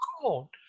cool